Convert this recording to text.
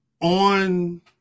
on